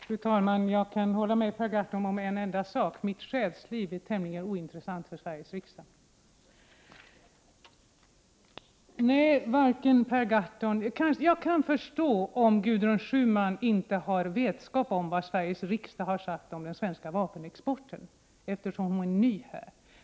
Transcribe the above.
Fru talman! Jag kan hålla med Per Gahrton om en enda sak: Mitt själsliv är tämligen ointressant för Sveriges riksdag. Jag kan förstå om Gudrun Schyman inte har vetskap om vad Sveriges riksdag har sagt om den svenska vapenexporten, eftersom hon är ny här.